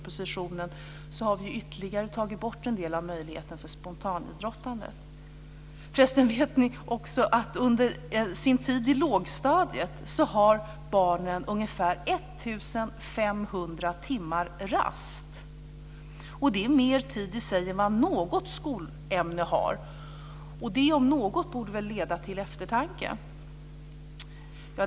Vet ni förresten att barnen under sin tid i lågstadiet har ungefär 1 500 timmar rast? Det är mer tid än vad något skolämne har. Det om något borde väl leda till eftertanke.